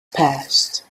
past